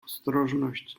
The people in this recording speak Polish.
ostrożność